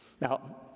Now